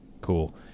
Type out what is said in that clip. cool